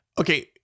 Okay